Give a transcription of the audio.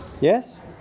Yes